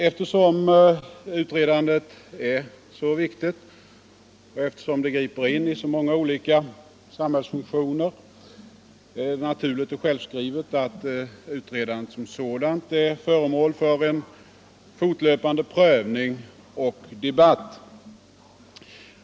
Eftersom utredandet är så viktigt och eftersom det griper in i så många samhällsfunktioner är det naturligt och självskrivet att utredandet som sådant är föremål för en fortlöpande prövning och debatt.